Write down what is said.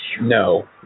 No